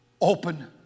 open